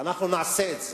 ואנחנו נעשה את זה.